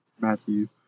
Matthew